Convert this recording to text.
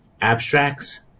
abstracts